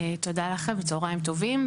תודה לכם וצהרים טובים.